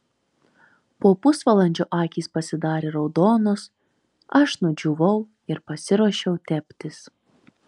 po pusvalandžio akys pasidarė raudonos aš nudžiūvau ir pasiruošiau teptis